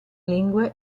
lingua